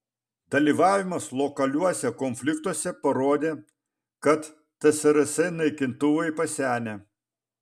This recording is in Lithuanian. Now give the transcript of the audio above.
dalyvavimas lokaliuose konfliktuose parodė kad tsrs naikintuvai pasenę